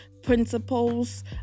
principles